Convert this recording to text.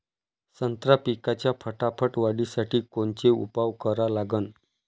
संत्रा पिकाच्या फटाफट वाढीसाठी कोनचे उपाव करा लागन?